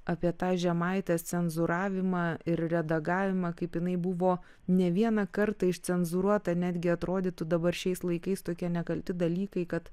apie tą žemaitės cenzūravimą ir redagavimą kaip jinai buvo ne vieną kartą išcenzūruota netgi atrodytų dabar šiais laikais tokie nekalti dalykai kad